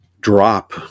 drop